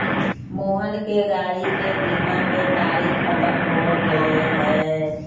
मोहन के गाड़ी के बीमा के तारिक ख़त्म हो गैले है